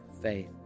faith